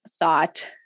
thought